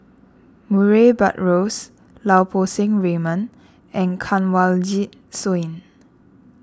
Murray Buttrose Lau Poo Seng Raymond and Kanwaljit Soin